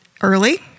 early